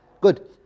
Good